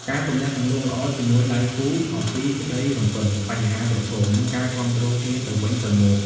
ការទំនាក់ទំនងល្អ ជាមួយដៃគូអំពីក្តីរំពឹង បញ្ហាប្រឈម និងការគាំទ្រគ្នាទៅវិញទៅមក។